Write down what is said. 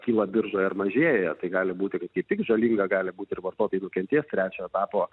kyla biržoj ar mažėja tai gali būti kad kaip tik žalinga gali būti ir vartotojai nukentės trečio etapo